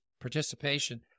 participation